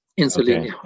Insulin